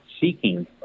seeking